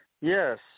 Yes